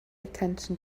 attention